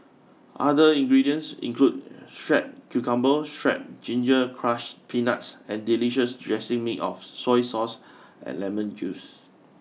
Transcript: other ingredients include shredded cucumber shredded ginger crushed peanuts and delicious dressing made of soy sauce and lemon juice